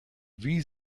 wie